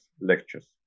lectures